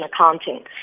accounting